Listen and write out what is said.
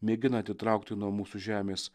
mėgina atitraukti nuo mūsų žemės